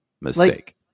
mistake